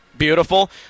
Beautiful